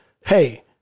hey